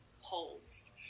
holds